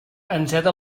enceta